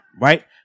right